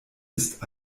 ist